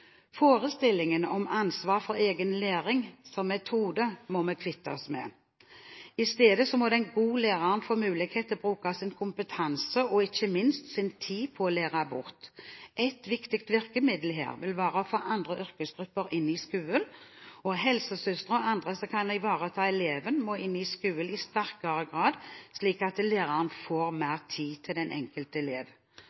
Forestillingen om «ansvar for egen læring» som metode må vi kvitte oss med. I stedet må den gode læreren få mulighet til å bruke sin kompetanse og ikke minst sin tid på å lære bort. Et viktig virkemiddel her vil være å få andre yrkesgrupper inn i skolen. Helsesøstre og andre som kan ivareta elevene, må inn i skolen i sterkere grad, slik at læreren får